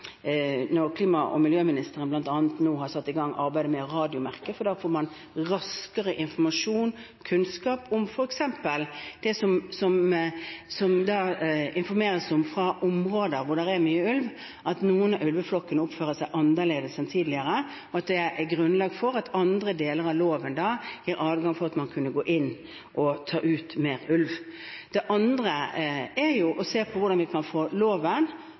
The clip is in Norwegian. klima- og miljøministeren nå bl.a. har satt i gang arbeidet med å radiomerke, for da får man raskere informasjon og kunnskap om f.eks. det som informeres om fra områder hvor det er mye ulv, at noen av ulveflokkene oppfører seg annerledes enn tidligere, og at det er grunnlag for at andre deler av loven da gir adgang til at man skal kunne gå inn og ta ut mer ulv. Det andre er å se på hvordan vi kan få